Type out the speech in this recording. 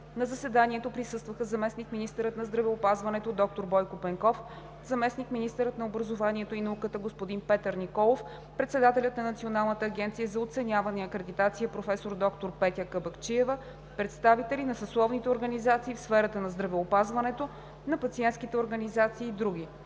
На заседанието присъстваха: заместник-министърът на здравеопазването доктор Бойко Пенков, заместник-министърът на образованието и науката господин Петър Николов, председателят на Националната агенция за оценяване и акредитация професор доктор Петя Кабакчиева, представители на съсловните организации в сферата на здравеопазването, на пациентските организации и други.